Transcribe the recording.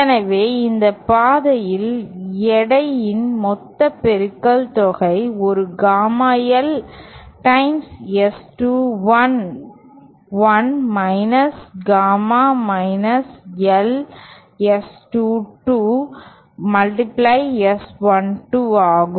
எனவே இந்த பாதையில் எடைகளின் மொத்த பெருக்கல் தொகை ஒரு gamma L times S21 1 gamma L S 22 S12 ஆகும்